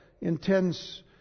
intense